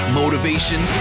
motivation